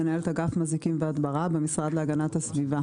מנהלת אגף מזיקים והדברה במשרד להגנת הסביבה,